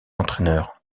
entraîneur